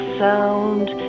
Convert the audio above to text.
sound